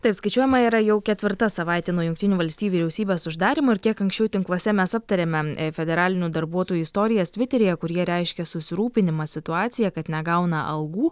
taip skaičiuojama yra jau ketvirta savaitė nuo jungtinių valstijų vyriausybės uždarymo ir kiek anksčiau tinkluose mes aptarėme federalinių darbuotojų istorijas tviteryje kur jie reiškė susirūpinimą situacija kad negauna algų